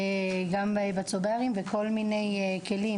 גם בצוברים ובכל מיני כלים